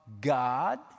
God